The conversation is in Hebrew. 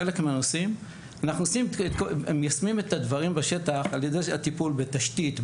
אנחנו מיישמים את הדברים בשטח על ידי הטיפול בתשתית,